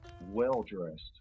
well-dressed